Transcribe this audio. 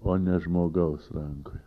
o ne žmogaus rankoj